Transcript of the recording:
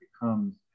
becomes